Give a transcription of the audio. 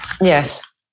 Yes